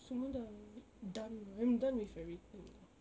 semua dah done I'm done with everything lah